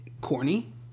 corny